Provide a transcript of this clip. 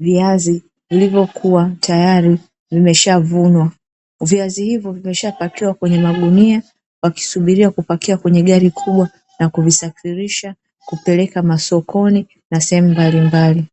viazi vilivyokuwa tayari vimeshavunwa. Viazi hivyo vimeshapakiwa kwenye magunia, wakisubiria kupakia kwenye gari kubwa na kuvisafirisha kupeleka masokoni na sehemu mbalimbali.